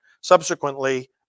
subsequently